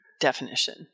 definition